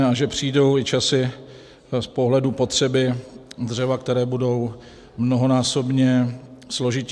A že přijdou i časy z pohledu potřeby dřeva, které budou mnohonásobně složitější.